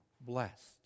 blessed